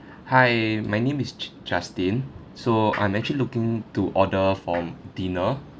hi my name is j~ justin so I'm actually looking to order for dinner